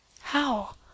How